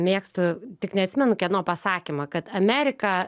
mėgstu tik neatsimenu kieno pasakymą kad amerika